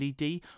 LED